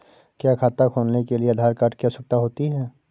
क्या खाता खोलने के लिए आधार कार्ड की आवश्यकता होती है?